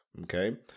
Okay